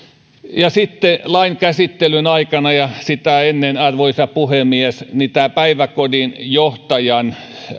sitten lain käsittelyn aikana ja sitä ennen arvoisa puhemies tämä päiväkodin johtajan